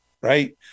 right